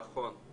נכון.